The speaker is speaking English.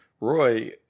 Roy